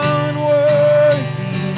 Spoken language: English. unworthy